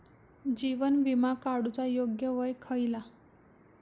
जीवन विमा काडूचा योग्य वय खयला?